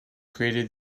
created